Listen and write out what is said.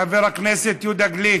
חבר הכנסת יהודה גליק.